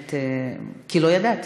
כי לא ידעתי.